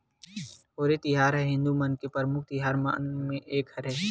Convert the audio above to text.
होरी तिहार ह हिदू मन के परमुख तिहार मन म एक हरय